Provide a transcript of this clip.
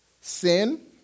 Sin